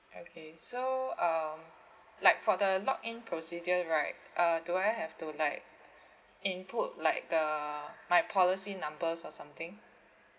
okay so uh like for the login procedure right uh do I have to like input like the my policy numbers or something